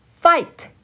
Fight